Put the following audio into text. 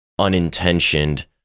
unintentioned